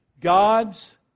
God's